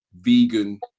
Vegan